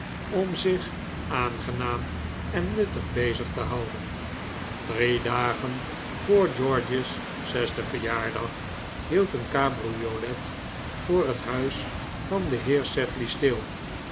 om zich aangenaam en nuttig bezig te houden drie dagen voor george's zesden verjaardag hield een cabriolet voor het huis van den heer sedley stil